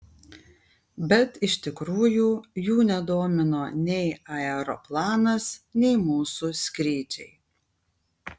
bet iš tikrųjų jų nedomino nei aeroplanas nei mūsų skrydžiai